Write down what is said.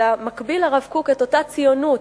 אלא מקביל הרב קוק את אותה ציונות,